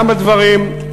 גם הדברים,